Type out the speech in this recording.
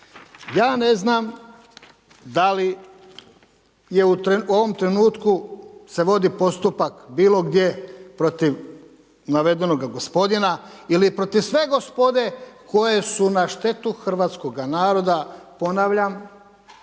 Ja ne znam da li je u ovom trenutku se vodi postupak bilo gdje protiv navedenoga gospodina ili protiv sve gospode koje su na štetu hrvatskoga naroda, ponavljam